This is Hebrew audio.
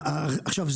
עכשיו,